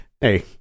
hey